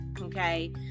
okay